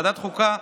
ועדת החוקה,